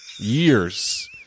Years